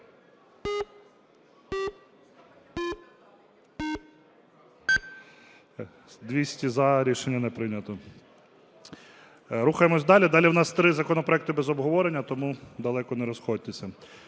За-200 Рішення не прийнято. Рухаємось далі. Далі у нас три законопроекти без обговорення, тому далеко не розходьтеся.